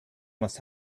must